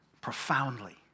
profoundly